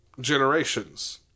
generations